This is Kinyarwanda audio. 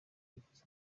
yivuza